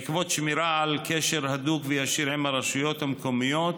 בעקבות שמירה על קשר הדוק וישיר עם הרשויות המקומיות,